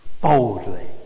boldly